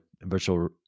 virtual